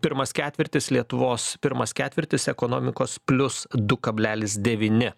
pirmas ketvirtis lietuvos pirmas ketvirtis ekonomikos plius du kablelis devyni